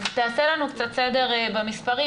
אז תעשה לנו קצת סדר במספרים.